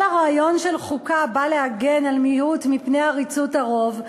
כל הרעיון של חוקה בא להגן על מיעוט מפני עריצות הרוב.